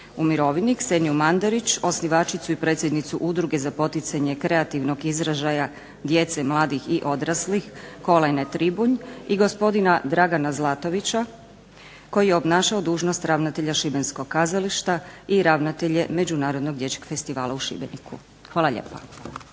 u mirovini; Kseniju Mandarić osnivačicu i predsjednicu Udruge za poticanje kreativnog izražaja djece, mladih i odraslih … /Govornica se ne razumije./… Tribunj i gospodina Dragana Zlatovića koji je obnašao dužnost ravnatelja Šibenskog kazališta i ravnatelj je Međunarodnog dječjeg festivala u Šibeniku. Hvala lijepo.